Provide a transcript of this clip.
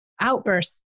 outbursts